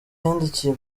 yandikiye